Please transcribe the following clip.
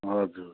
हजुर